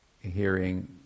hearing